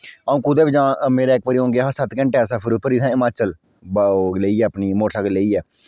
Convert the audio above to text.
अ'ऊं कुदै बी जां मेरे इक बारी अ'ऊं गेआ हा सत्त घैंटें सफर उप्पर हिमाचल बाइक लेइयै मोटर सैक्ल लेइयै